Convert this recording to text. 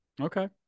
Okay